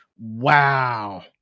Wow